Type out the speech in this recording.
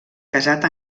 casat